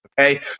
okay